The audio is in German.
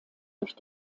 durch